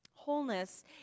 Wholeness